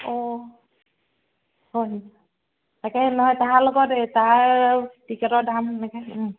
ও হয় তাকে নহয় তাহাৰ লগত এই তাৰ টিকেটৰ দাম এনেকৈ